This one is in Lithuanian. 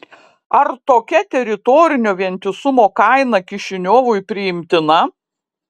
ar tokia teritorinio vientisumo kaina kišiniovui priimtina